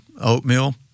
oatmeal